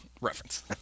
reference